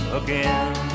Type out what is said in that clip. again